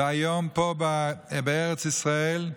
והיום פה בארץ ישראל,